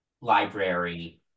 library